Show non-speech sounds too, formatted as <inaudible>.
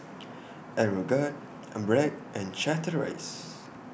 <noise> Aeroguard An Bragg and Chateraise